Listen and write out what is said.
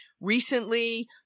Recently